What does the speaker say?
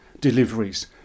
deliveries